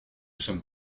sommes